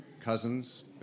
cousins